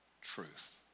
truth